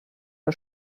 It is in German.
der